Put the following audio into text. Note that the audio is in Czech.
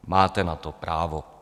Máte na to právo.